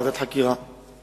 ועדת חקירה.